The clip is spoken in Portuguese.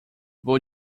vou